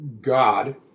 God